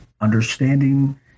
understanding